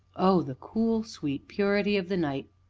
oh! the cool, sweet purity of the night!